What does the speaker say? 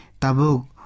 tabu